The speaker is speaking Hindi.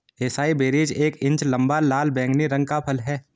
एसाई बेरीज एक इंच लंबा, लाल बैंगनी रंग का फल है